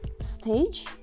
stage